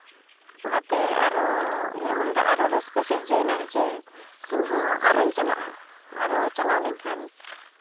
ᱚᱱᱟᱛᱮ ᱟᱨᱚ ᱤᱧᱟᱹᱜ ᱢᱚᱱᱮᱨᱮ ᱟᱨᱚ ᱨᱟᱹᱥᱠᱟᱹ ᱥᱤᱨᱡᱟᱹᱣ ᱮᱱᱟ ᱡᱮ ᱤᱧᱦᱚᱸ ᱟᱨᱚᱧ ᱪᱟᱞᱟᱜᱼᱟ ᱟᱨᱚ ᱪᱟᱞᱟᱣ ᱞᱮᱱᱠᱷᱟᱱ